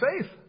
faith